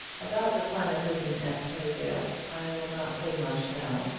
about the plan of living at perivale i will not say much now,